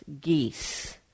geese